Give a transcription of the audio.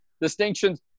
distinctions